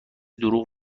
دروغ